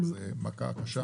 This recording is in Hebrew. זאת מכה קשה.